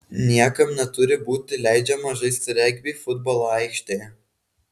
niekam neturi būti leidžiama žaisti regbį futbolo aikštėje